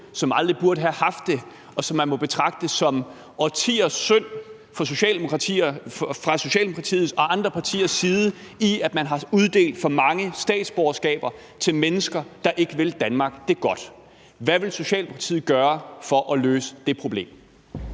som aldrig burde have haft det. Det må man betragte som årtiers synd fra Socialdemokratiets og andre partiers side, idet man har uddelt for mange statsborgerskaber til mennesker, der ikke vil Danmark det godt. Hvad vil Socialdemokratiet gøre for at løse det problem?